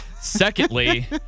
Secondly